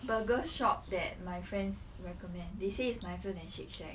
burger shop that my friends recommend they say it's nicer than shake shack